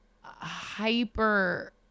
hyper